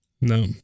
No